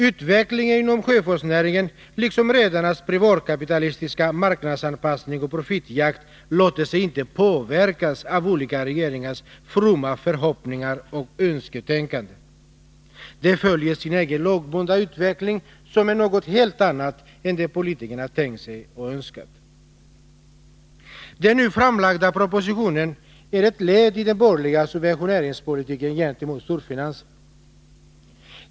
Utvecklingen inom sjöfartsnäringen, liksom redarnas privatkapitalistiska marknadsanpassning och profitjakt, låter sig inte påverkas av olika regeringars fromma förhoppningar och önsketänkande. Den följer sin egen lagbundna utveckling, som är något helt annat än den politikerna tänkt sig och önskar. Den nu framlagda propositionen är ett led i den borgerliga subventionspolitiken gentemot storfinansen.